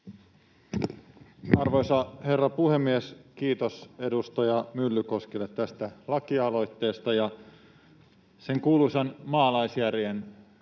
Arvoisa herra puhemies! Kiitos edustaja Myllykoskelle tästä lakialoitteesta ja sen kuuluisan maalaisjärjen